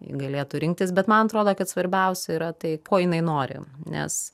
galėtų rinktis bet man atrodo kad svarbiausia yra tai ko jinai nori nes